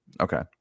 Okay